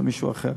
למישהו אחר,